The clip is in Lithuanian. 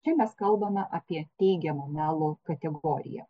čia mes kalbame apie teigiamo melo kategoriją